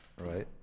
right